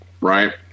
right